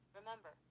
Remember